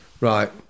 Right